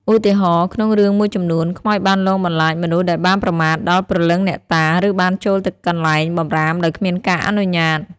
ឧទាហរណ៍ ក្នុងរឿងមួយចំនួន ខ្មោចបានលងបន្លាចមនុស្សដែលបានប្រមាថដល់ព្រលឹងអ្នកតា ឬបានចូលទៅកន្លែងបម្រាមដោយគ្មានការអនុញ្ញាត។